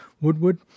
Woodward